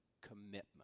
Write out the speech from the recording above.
commitment